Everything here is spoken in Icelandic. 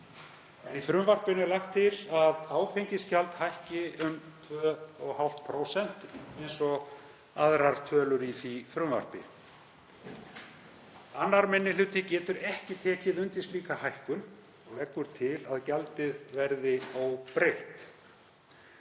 Í frumvarpinu er lagt til að áfengisgjald hækki um 2,5% eins og aðrar tölur í því frumvarpi. 2. minni hluti getur ekki tekið undir slíka hækkun og leggur til að gjaldið verði óbreytt.